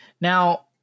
Now